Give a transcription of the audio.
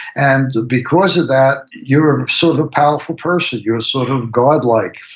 and because of that, you're sort of a powerful person. you're sort of godlike,